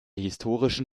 historischen